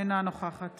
אינה נוכחת